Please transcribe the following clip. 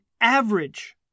average